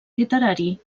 literari